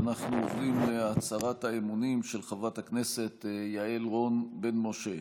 אנחנו עוברים להצהרת האמונים של חברת הכנסת של יעל רון בן משה.